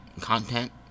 content